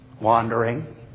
Wandering